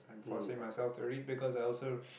I'm forcing myself to read because I also